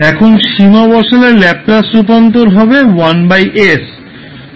এখন সীমা বসালে ল্যাপলাস রূপান্তর হবে 1s